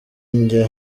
njya